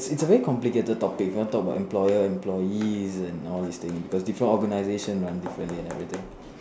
it's a very complicated topic if you want to talk about employer employee and all these things because different organisations run differently and everything